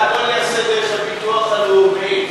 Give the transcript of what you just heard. והכול ייעשה דרך הביטוח הלאומי.